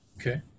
okay